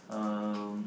um